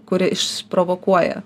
kuri išprovokuoja